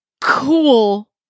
cool